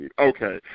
Okay